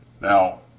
Now